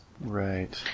Right